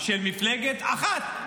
של מפלגה אחת,